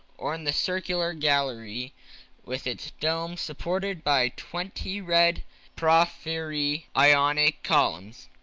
or in the circular gallery with its dome supported by twenty red porphyry ionic columns,